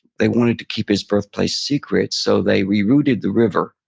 they wanted to keep his birthplace secret, so they rerouted the river,